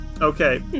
Okay